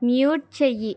mute చెయ్యి